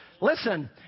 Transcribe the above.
Listen